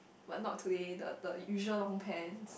but not today the the usual long pants